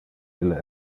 ille